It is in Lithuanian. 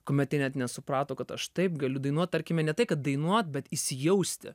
kuomet jie net nesuprato kad aš taip galiu dainuot tarkime ne tai kad dainuot bet įsijausti